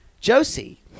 Josie